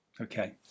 Okay